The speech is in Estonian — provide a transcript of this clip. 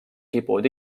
kipuvad